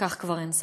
בכך כבר אין ספק.